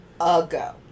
ago